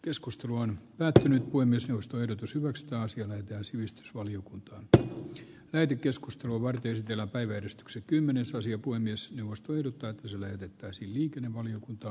keskustelu on päättänyt voimistelusta ehdotus vastaa siellä ja sivistysvaliokuntaan käyty keskustelua vain yhtenä päivänä stkssa kymmenesosia kuin myös neuvosto ehdottaa se lähetettäisiin liikennevaliokunta